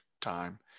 time